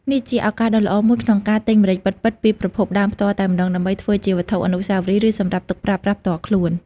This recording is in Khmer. នេះជាឱកាសដ៏ល្អមួយក្នុងការទិញម្រេចពិតៗពីប្រភពដើមផ្ទាល់តែម្ដង ដើម្បីធ្វើជាវត្ថុអនុស្សាវរីយ៍ ឬសម្រាប់ទុកប្រើប្រាស់ផ្ទាល់ខ្លួន ។